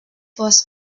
was